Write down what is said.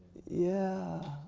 yeah, oh,